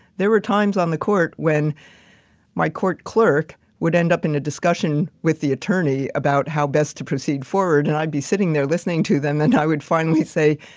there were times on the court when my court clerk would end up in a discussion with the attorney about how best to proceed forward and i'd be sitting there listening to them and i would finally say,